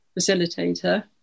facilitator